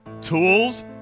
tools